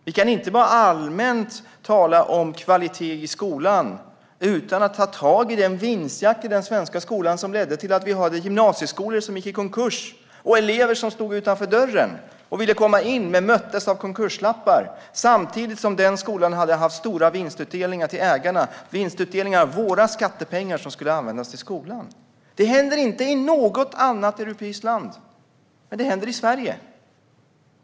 Vi kan inte bara allmänt tala om kvalitet i skolan utan att ta tag i den vinstjakt i den svenska skolan som ledde till att vi hade gymnasieskolor som gick i konkurs och elever som stod utanför dörren och ville komma in men möttes av lappar om konkurs. Samtidigt hade dessa skolor haft stora vinstutdelningar till ägarna som tagits från våra skattepengar som skulle användas till skolan. Detta händer inte i något annat europeiskt land, men det händer i Sverige.